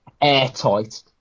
airtight